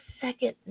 second